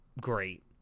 great